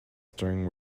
stirring